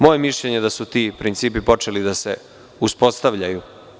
Moje mišljenje je da su ti principi počeli da se uspostavljaju.